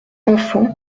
enfant